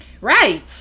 Right